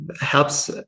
helps